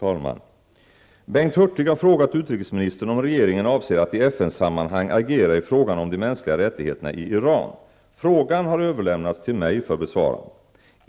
Fru talman! Bengt Hurtig har frågat utrikesministern om regeringen avser att i FN sammanhang agera i fråga om de mänskliga rättigheterna i Iran. Frågan har överlämnats till mig för besvarande.